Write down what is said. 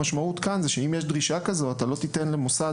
המשמעות כאן היא שאם יש דרישה כזו אתה לא תיתן למוסד